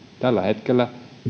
tällä hetkellä